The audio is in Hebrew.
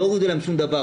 לא הורידו להם שום דבר,